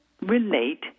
relate